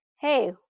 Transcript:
Hey